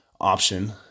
option